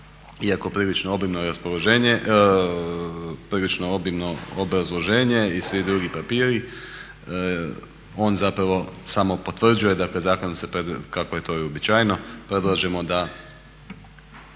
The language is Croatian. prilično obimno obrazloženje i svi drugi papiri on zapravo samo potvrđuje, dakle zakonom se kako je to i uobičajeno predlažemo da